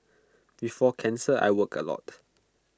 before cancer I worked A lot